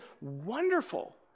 wonderful